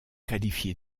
qualifié